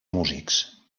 músics